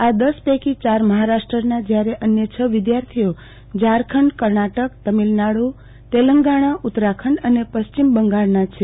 આ દસ પૈકી ચાર મહારાષ્ટ્રના જયારે અન્ય છ વિદ્યાર્થીઓ ઝારખંડ કર્ણાટક તમિલનાડુ તેલંગાણા ઉત્તરાખંડ અને પશ્ચિમ બંગાળના છે